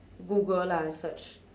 google lah search